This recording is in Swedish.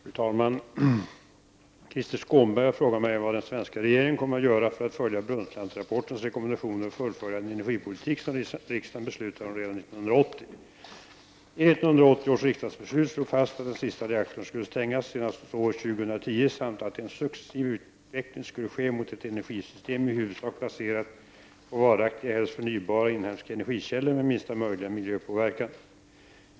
Fru talman! Krister Skånberg har frågat mig vad den svenska regeringen kommer att göra för att följa Brundtlandrapportens rekommendationer och fullfölja den energipolitik som riksdagen beslutade om redan 1980. I 1980 års riksdagsbeslut slogs fast att den sista reaktorn skulle stängas senast år 2010 samt att en successiv utveckling skulle ske mot ett energisystem i huvudsak baserat på varaktiga, helst förnybara och inhemska energikällor med minsta möjliga miljöpåverkan.